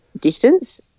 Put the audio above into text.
distance